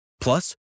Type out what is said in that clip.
Plus